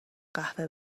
قهوه